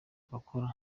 bakora